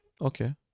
Okay